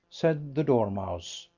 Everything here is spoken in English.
said the dormouse,